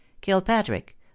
Kilpatrick